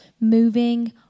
moving